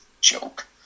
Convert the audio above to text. joke